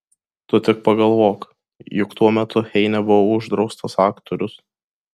tu tik pagalvok juk tuo metu heine buvo uždraustas autorius